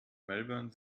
melbourne